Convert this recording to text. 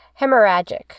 Hemorrhagic